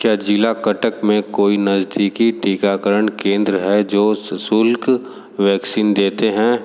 क्या ज़िला कटक में कोई नज़दीकी टीकाकरण केंद्र है जो सशुल्क वैक्सीन देते हैं